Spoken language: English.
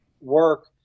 work